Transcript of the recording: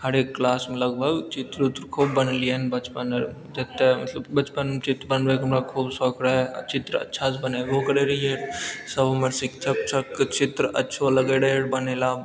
हरेक क्लासमे लगभग चित्र उत्र खूब बनेलियै हन बचपनमे जते मतलब बचपनमे चित्र बनबैके हमरा खूब शौख रहै चित्र अच्छा सऽ बनेबो करै रहियै सब हमर शिक्षक सबके चित्र अच्छो लगै रहै बनेला